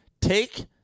Take